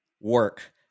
work